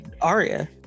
aria